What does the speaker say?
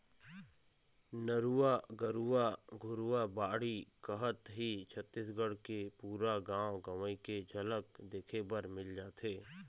नरूवा, गरूवा, घुरूवा, बाड़ी कहत ही छत्तीसगढ़ के पुरा गाँव गंवई के झलक देखे बर मिल जाथे